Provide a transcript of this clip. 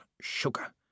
sugar